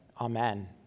Amen